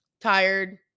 tired